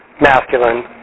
masculine